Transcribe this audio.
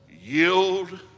yield